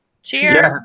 Cheers